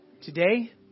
today